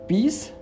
Peace